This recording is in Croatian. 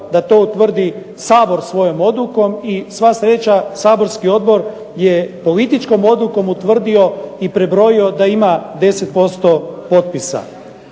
da to utvrdi Sabor svojom odlukom. I sva sreća saborski odbor je političkom odlukom utvrdio i prebrojio da ima 10% potpisa.